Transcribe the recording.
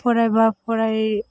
फरायबा फराय